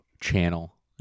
channel